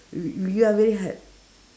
we we already had